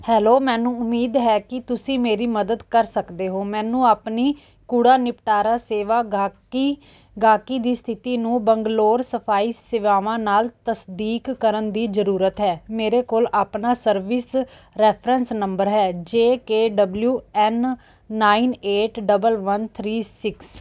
hello ਮੈਨੂੰ ਉਮੀਦ ਹੈ ਕਿ ਤੁਸੀਂ ਮੇਰੀ ਮਦਦ ਕਰ ਸਕਦੇ ਹੋ ਮੈਨੂੰ ਆਪਣੀ ਕੂੜਾ ਨਿਪਟਾਰਾ ਸੇਵਾ ਗਾਹਕੀ ਗਾਹਕੀ ਦੀ ਸਥਿਤੀ ਨੂੰ ਬੰਗਲੌਰ ਸਫ਼ਾਈ ਸੇਵਾਵਾਂ ਨਾਲ ਤਸਦੀਕ ਕਰਨ ਦੀ ਜ਼ਰੂਰਤ ਹੈ ਮੇਰੇ ਕੋਲ ਆਪਣਾ ਸਰਵਿਸ ਰੈਫਰੈਂਸ ਨੰਬਰ ਹੈ J K W N nine eight double one three six